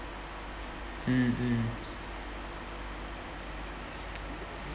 mm mm